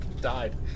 Died